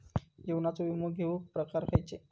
जीवनाचो विमो घेऊक प्रकार खैचे?